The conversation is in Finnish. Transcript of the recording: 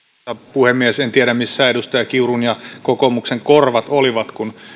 puhemies en tiedä missä edustaja kiurun ja kokoomuksen korvat olivat kun